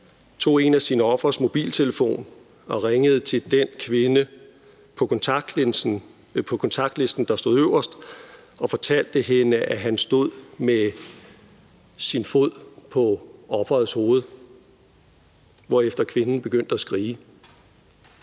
tog en af sine ofres mobiltelefon og ringede til den kvinde på kontaktlisten, der stod øverst, og fortalte hende, at han stod med sin fod på ofrets hoved, hvorefter kvinden begyndte at skrige.